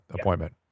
appointment